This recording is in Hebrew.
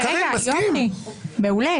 מעולה.